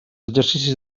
exercicis